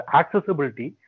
accessibility